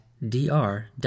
DR